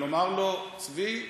ולומר לו: צבי,